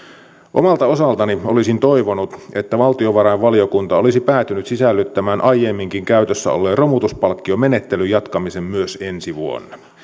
omalta osaltani olisin toivonut että valtiovarainvaliokunta olisi päätynyt sisällyttämään aiemminkin käytössä olleen romutuspalkkiomenettelyn jatkamisen myös ensi vuonna